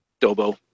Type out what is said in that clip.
Dobo